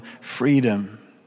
freedom